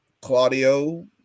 Claudio